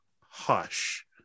Hush